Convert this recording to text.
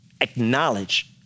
acknowledge